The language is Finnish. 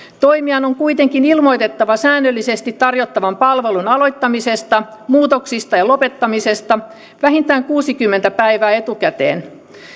toimijan on kuitenkin ilmoitettava säännöllisesti tarjottavan palvelun aloittamisesta muutoksista ja lopettamisesta vähintään kuusikymmentä päivää etukäteen